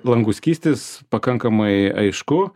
langų skystis pakankamai aišku